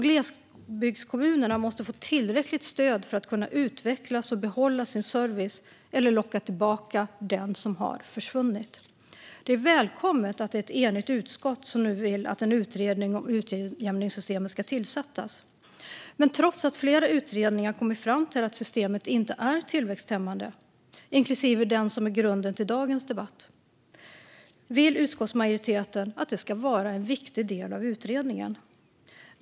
Glesbygdskommuner måste få tillräckligt stöd för att kunna utvecklas och behålla sin service eller locka tillbaka den som har försvunnit. Det är välkommet att det är ett enigt utskott som nu vill att en utredning om utjämningssystemet ska tillsättas. Men trots att flera utredningar kommit fram till att systemet inte är tillväxthämmande, inklusive den som är grunden till dagens debatt, vill utskottsmajoriteten att det ska vara en viktig del av utredningen.